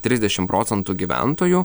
trisdešim procentų gyventojų